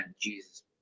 Jesus